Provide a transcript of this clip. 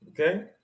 Okay